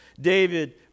David